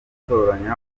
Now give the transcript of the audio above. gutoranya